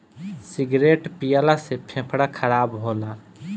cigarette पियला से फेफड़ा खराब होला